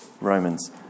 Romans